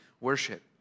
worship